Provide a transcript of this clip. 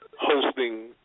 hosting